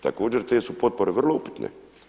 Također te su potpore vrlo upitne.